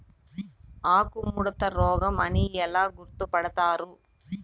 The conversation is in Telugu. ఆకుముడత రోగం అని ఎలా గుర్తుపడతారు?